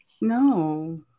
No